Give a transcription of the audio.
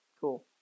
cool